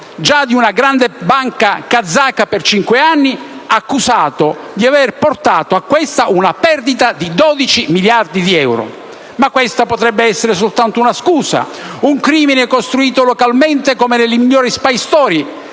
già di una grande banca kazaka per cinque anni è accusato di aver portato a questa una perdita di 12 miliardi di euro. Ma questa potrebbe essere soltanto una scusa, un crimine costruito localmente come nelle migliori *spy story*.